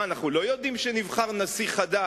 מה, אנחנו לא יודעים שנבחר נשיא חדש?